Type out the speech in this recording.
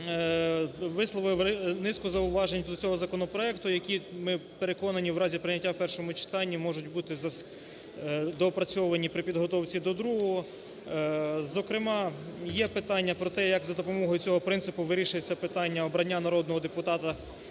висловив низку зауважень до цього законопроекту, які, ми переконані, в разі прийняття в першому читанні можуть бути доопрацьовані при підготовці до другого. Зокрема, є питання про те, як за допомогою цього принципу вирішити це питання обрання народного депутата